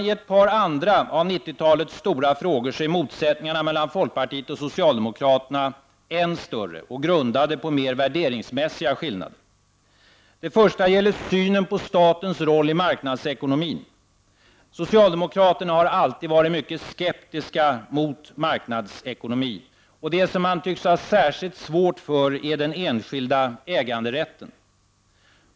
I ett par andra av 90-talets stora frågor är motsättningarna mellan folkpartiet och socialdemokraterna än större och grundade på mer värderingsmässiga skillnader. Den första frågan gäller synen på statens roll i marknadsekonomin. Socialdemokraterna har alltid varit mycket skeptiska till marknadsekonomi. Det som socialdemokraterna har särskilt svårt för är den enskilda äganderätten.